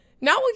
now